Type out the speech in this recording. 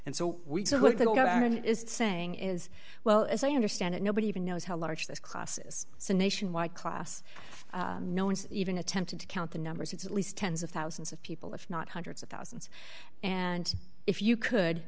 and so we can all go back and is saying is well as i understand it nobody even knows how large this class is so nationwide class no one's even attempted to count the numbers it's at least tens of thousands of people if not hundreds of thousands and if you could